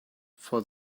for